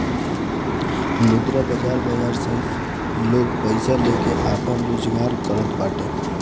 मुद्रा बाजार बाजार से लोग पईसा लेके आपन रोजगार करत बाटे